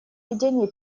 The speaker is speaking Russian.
ведения